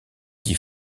dit